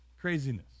craziness